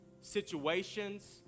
situations